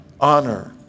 honor